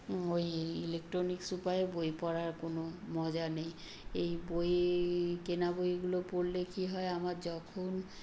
ওই ইলেকট্রনিক্স উপায়ে বই পড়ার কোনো মজা নেই এই বই কেনা বইগুলো পড়লে কি হয় আমার যখন